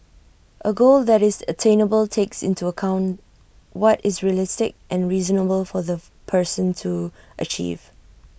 A goal that is attainable takes into account what is realistic and reasonable for the person to achieve